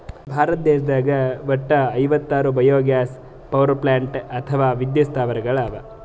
ಭಾರತ ದೇಶದಾಗ್ ವಟ್ಟ್ ಐವತ್ತಾರ್ ಬಯೊಗ್ಯಾಸ್ ಪವರ್ಪ್ಲಾಂಟ್ ಅಥವಾ ವಿದ್ಯುತ್ ಸ್ಥಾವರಗಳ್ ಅವಾ